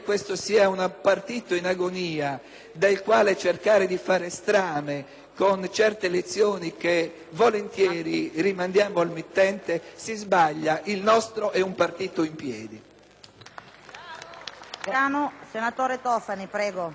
del quale cercare di fare strame con certe lezioni che volentieri rimandiamo al mittente, si sbaglia: il nostro è un partito in piedi. *(Applausi dal Gruppo